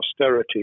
austerity